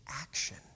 action